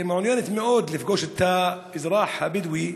מעוניינת מאוד לפגוש את האזרח הבדואי